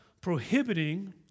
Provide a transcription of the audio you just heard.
prohibiting